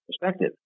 perspective